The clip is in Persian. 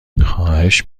خواهش